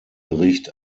bericht